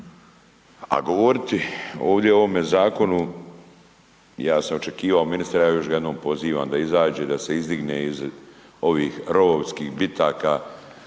A govoriti ovdje o ovome zakonu, ja sam očekivao ministre, ja ga još jednom pozivam da iziđe, da se izdigne iz ovih rovovskih bitaka